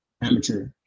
amateur